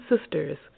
sisters